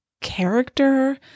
character